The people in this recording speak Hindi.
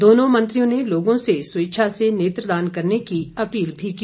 दोनों मंत्रियों ने लोगों से स्वेच्छा से नेत्रदान करने की अपील भी की